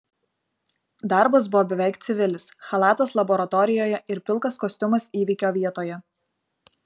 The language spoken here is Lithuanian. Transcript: darbas buvo beveik civilis chalatas laboratorijoje ir pilkas kostiumas įvykio vietoje